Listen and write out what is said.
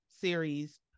series